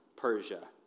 Persia